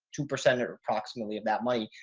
two percent or approximately of that money.